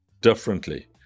differently